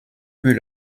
puis